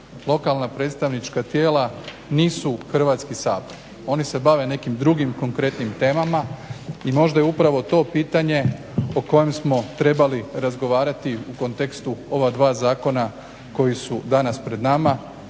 Lokalna predstavnička tijela nisu Hrvatski sabor. Oni se bave nekim drugim konkretnim temama i možda je upravo to pitanje o kojem smo trebali razgovarati u kontekstu ova dva zakona koji su danas pred nama